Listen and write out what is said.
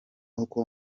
uko